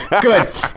good